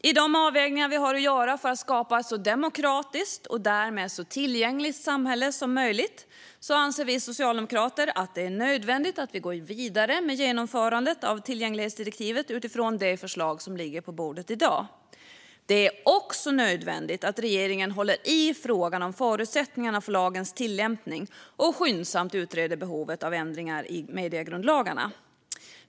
I de avvägningar som finns att göra för att skapa ett så demokratiskt och därmed ett så tillgängligt samhälle som möjligt anser vi socialdemokrater att det är nödvändigt att gå vidare med genomförandet av tillgänglighetsdirektivet utifrån det förslag som ligger på bordet i dag. Det är också nödvändigt att regeringen håller i frågan om förutsättningarna för lagens tillämpning och skyndsamt utreder behovet av ändringar i mediegrundlagarna.